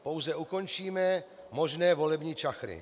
Pouze ukončíme možné volební čachry.